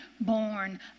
born